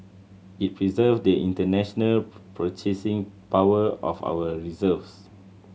it preserve the international purchasing power of our reserves